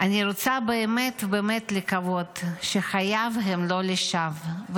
אני רוצה באמת באמת לקוות שחייו הם לא לשווא.